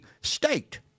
state